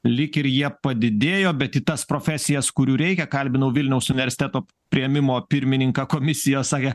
lyg ir jie padidėjo bet į tas profesijas kurių reikia kalbinau vilniaus universiteto priėmimo pirmininką komisijos sakė